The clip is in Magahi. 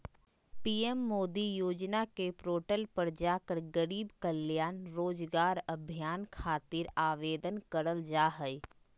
पीएम मोदी योजना के पोर्टल पर जाकर गरीब कल्याण रोजगार अभियान खातिर आवेदन करल जा हय